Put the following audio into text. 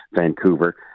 Vancouver